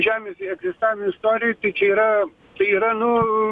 žemės egzistavimo istorijoje tai čia yra tai yra nu